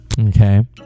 Okay